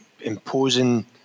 imposing